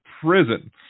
prison